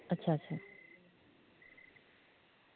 अच्छा अच्छा